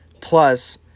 Plus